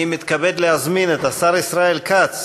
אני מתכבד להזמין את השר ישראל כץ